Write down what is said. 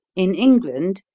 in england,